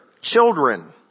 children